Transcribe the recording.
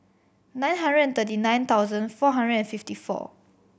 nine hundred thirty nine thousand four hundred and fifty four